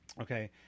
Okay